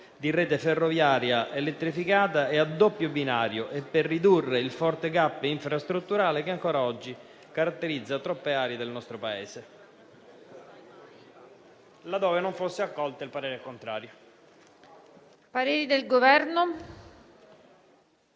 di rete ferroviaria elettrificata e a doppio binario, e per ridurre il forte *gap* infrastrutturale che ancora oggi caratterizza troppe aree del nostro Paese».